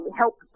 help